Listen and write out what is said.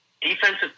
defensive